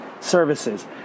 Services